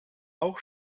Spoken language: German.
auch